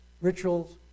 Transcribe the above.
rituals